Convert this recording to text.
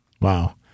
Wow